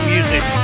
Music